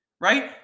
right